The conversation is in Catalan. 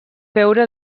veure